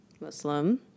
Muslim